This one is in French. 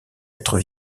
êtres